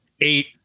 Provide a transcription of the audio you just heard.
eight